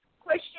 question